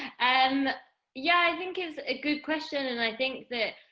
and yeah, i think it's a good question and i think that,